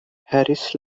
harris